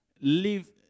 live